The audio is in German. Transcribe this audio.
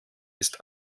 ist